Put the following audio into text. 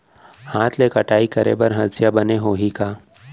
हाथ ले कटाई करे बर हसिया बने होही का?